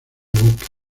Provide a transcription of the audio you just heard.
buques